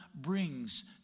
brings